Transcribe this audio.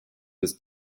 des